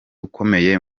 ukomeye